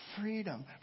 freedom